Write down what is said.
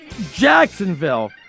Jacksonville